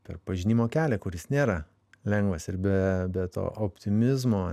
per pažinimo kelią kuris nėra lengvas ir be be to optimizmo